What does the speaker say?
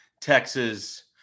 Texas